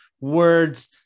words